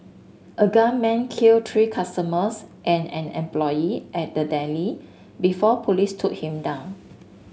a gunman killed three customers and an employee at the deli before police took him down